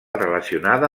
relacionada